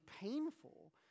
painful